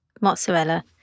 mozzarella